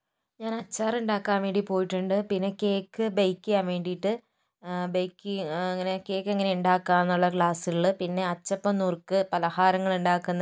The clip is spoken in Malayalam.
ഞാൻ അച്ചാറുണ്ടാക്കാൻ വേണ്ടി പോയിട്ടുണ്ട് പിന്നെ കേക്ക് ബേക്ക് ചെയ്യാൻ വേണ്ടിയിട്ട് ബേക്ക് ചെയ്യുക അങ്ങനെ കേക്ക് എങ്ങനെ ഉണ്ടാക്കാമെന്നുള്ള ക്ലാസ്സുകള് പിന്നെ അച്ചപ്പം നുറുക്ക് പലഹാരങ്ങളുണ്ടാക്കുന്ന